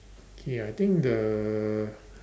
okay I think the